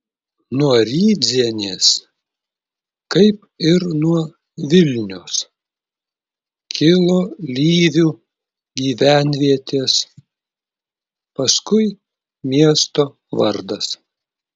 nuo rydzenės kaip ir nuo vilnios kilo lyvių gyvenvietės paskui miesto vardas